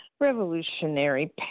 revolutionary